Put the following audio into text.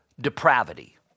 depravity